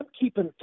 keeping